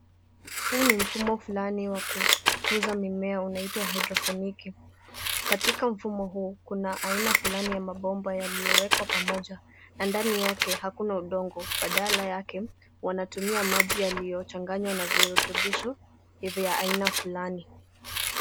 Huu ni mfumo flani wa kukuuza mimea unaitwa hydroponiki. Katika mfumo huu kuna aina flani ya mabomba yaliyowekwa pamoja na ndani yake hakuna udongo badala yake wanatumia maji yaliyochanganywa na virutubisho ivi ya aina flani.